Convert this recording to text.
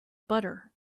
butter